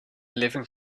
living